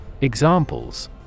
Examples